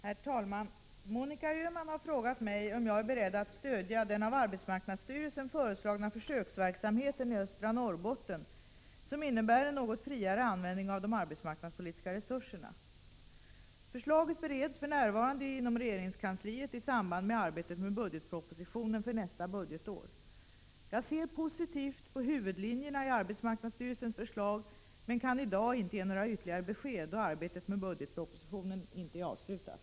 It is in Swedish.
Herr talman! Monica Öhman har frågat mig om jag är beredd att stödja den av arbetsmarknadsstyrelsen föreslagna försöksverksamheten i östra Norrbotten, som innebär en något friare användning av de arbetsmarknadspolitiska resurserna. Förslaget bereds för närvarande inom regeringskansliet i samband med arbetet med budgetpropositionen för nästa budgetår. Jag ser positivt på huvudlinjerna i arbetsmarknadsstyrelsens förslag men kan i dag inte ge några ytterligare besked, då arbetet med budgetpropositionen inte är avslutat.